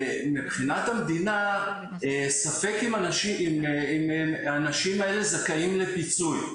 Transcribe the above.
מבחינת המדינה, ספק אם האנשים האלה זכאים לפיצוי.